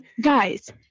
Guys